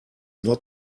not